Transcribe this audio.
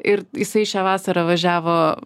ir jisai šią vasarą važiavo